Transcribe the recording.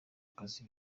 kazi